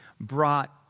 brought